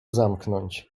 zamknąć